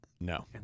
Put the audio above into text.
No